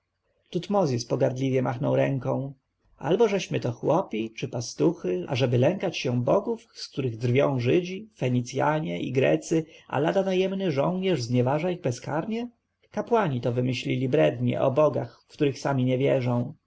tutmozis pogardliwie machnął ręką albożeśmy to chłopi czy pastuchy ażeby lękać się bogów z których drwią żydzi fenicjanie i grecy a lada najemny żołnierz znieważa ich bezkarnie kapłani to wymyślili brednie o bogach w których sami nie wierzą